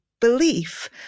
belief